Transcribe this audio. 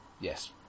Yes